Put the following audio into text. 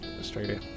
Australia